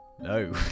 No